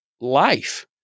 life